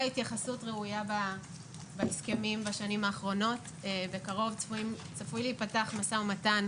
התייחסות ראויה בהסכמים בשנים האחרונות בקרוב צפוי להיפתח משא ומתן